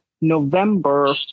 November